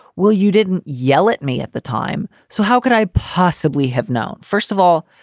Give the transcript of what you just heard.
well, you didn't yell at me at the time, so how could i possibly have known? first of all.